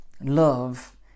Love